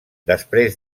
després